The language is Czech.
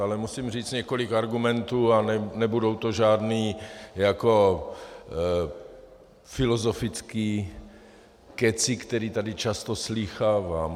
Ale musím říct několik argumentů a nebudou to žádný jako filozofický kecy, který tady často slýchávám.